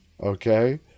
okay